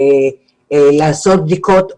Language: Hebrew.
לעשות בדיקות אפידמיולוגיות,